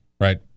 right